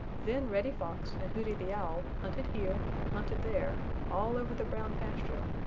then reddy fox and hooty the owl hunted here and hunted there, all over the brown pasture,